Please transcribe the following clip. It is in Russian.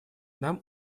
нам